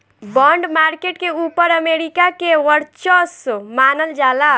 bond market के ऊपर America के वर्चस्व मानल जाला